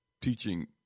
teaching